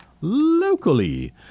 locally